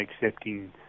accepting